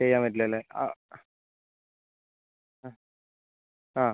ചെയ്യാൻ പറ്റില്ല അല്ലേ അ അ ആ